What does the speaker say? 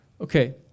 Okay